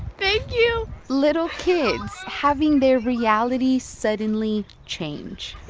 thank you little kids having their reality suddenly change